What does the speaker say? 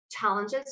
challenges